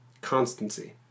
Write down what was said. constancy